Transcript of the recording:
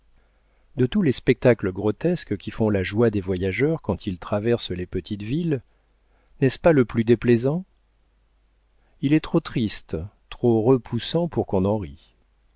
de tous les spectacles grotesques qui font la joie des voyageurs quand ils traversent les petites villes n'est-ce pas le plus déplaisant il est trop triste trop repoussant pour qu'on en